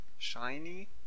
Shiny